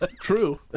true